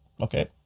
okay